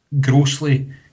grossly